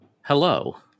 Hello